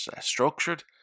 structured